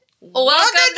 Welcome